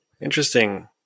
interesting